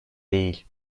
değil